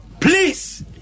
please